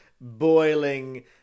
boiling